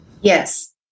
Yes